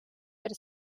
per